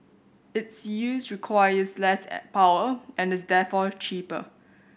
its use requires less power and is therefore cheaper